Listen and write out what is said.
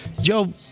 Joe